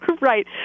Right